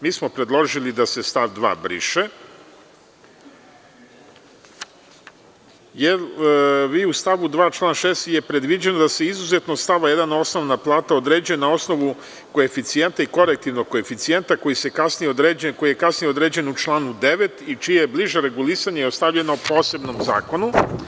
Mi smo predložili da se stav 2. briše, jer u stavu 2. član 6. je predviđeno da se izuzetno od stava 1. osnovna plata određuje na osnovu koeficijenta i korektivnog koeficijenta koji je kasnije određen u članu 9, čije je bliže regulisanje ostavljeno posebnom zakonu.